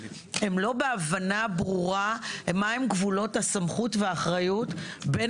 הן לא בהבנה הברורה מה הם גבולות הסמכות והאחריות בין